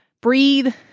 breathe